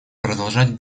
продолжать